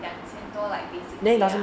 两千多 like basically ya